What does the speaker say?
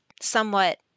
somewhat